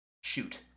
Shoot